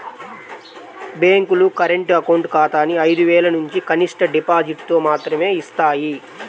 బ్యేంకులు current account ఖాతాని ఐదు వేలనుంచి కనిష్ట డిపాజిటుతో మాత్రమే యిస్తాయి